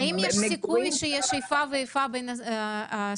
האם יש אפשרות לאיפה ואיפה בין הסניפים?